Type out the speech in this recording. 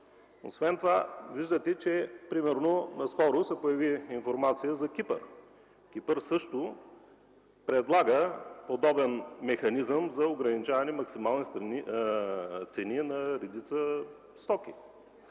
надлъгване. Виждате, че наскоро се появи информация за Кипър. Кипър също предлага подобен механизъм за ограничаване максималните цени на редица стоки,